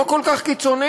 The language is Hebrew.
לא כל כך קיצוניים,